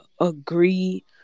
agree